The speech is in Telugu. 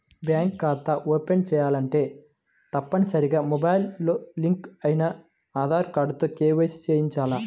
బ్యాంకు ఖాతా ఓపెన్ చేయాలంటే తప్పనిసరిగా మొబైల్ తో లింక్ అయిన ఆధార్ కార్డుతో కేవైసీ ని చేయించాలి